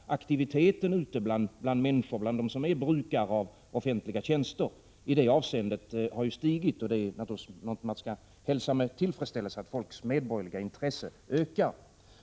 Aktiviteten ute bland människorna, bland dem som är brukare av offentliga tjänster har ju stigit, och detta att folks medborgerliga intresse ökar skall man naturligtvis hälsa med tillfredsställelse.